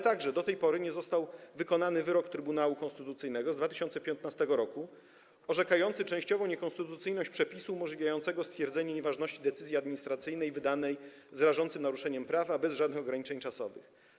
Także do tej pory nie został wykonany wyrok Trybunału Konstytucyjnego z 2015 r. orzekający częściową niekonstytucyjność przepisu umożliwiającego stwierdzenie nieważności decyzji administracyjnej wydanej z rażącym naruszeniem prawa bez żadnych ograniczeń czasowych.